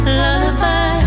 lullaby